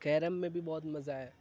carrom میں بھی بہت مزہ ہے